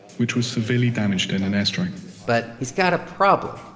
which was severely damaged in an airstrike but he's got a problem.